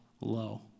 low